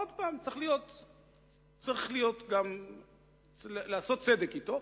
עוד פעם צריך לעשות גם צדק אתו,